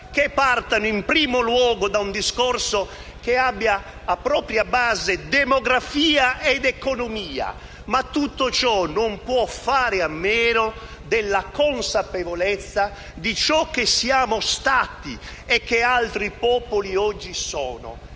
che partano in primo luogo da un discorso che abbia a propria base demografia ed economia, ma tutto ciò non può fare a meno della consapevolezza di ciò che siamo stati e che altri popoli oggi sono.